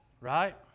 Right